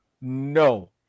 No